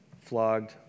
flogged